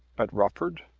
at rufford?